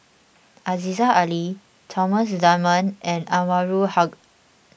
Aziza Ali Thomas Dunman and Anwarul Haque